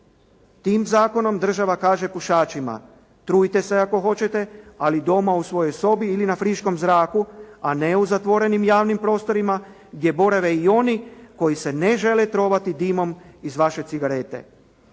Tim zakonom država kaže pušačima: Trujte se ako hoćete ali doma u svojoj sobi ili na friškom zraku, a ne u zatvorenim javnim prostorima gdje borave i oni koji se ne žele trovati dimom iz vaše cigarete.